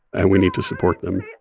and we need to support them